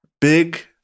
Big